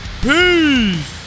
Peace